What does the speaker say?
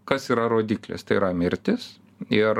kas yra rodiklis tai yra mirtys ir